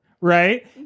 right